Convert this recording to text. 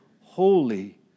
holy